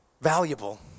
valuable